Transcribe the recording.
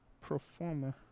performer